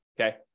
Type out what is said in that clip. okay